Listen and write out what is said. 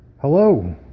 hello